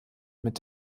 mit